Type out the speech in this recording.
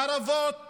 חרבות ברזל.